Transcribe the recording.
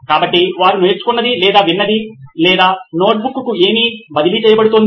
కాబట్టి వారు నేర్చుకున్నది లేదా విన్నది లేదా నోట్బుక్కు కు ఏమి బదిలీ చేయబడుతోంది